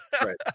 Right